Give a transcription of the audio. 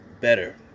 better